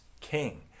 king